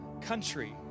country